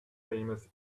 famous